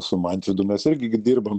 su mantvidu mes irgi gi dirbam